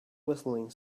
whistling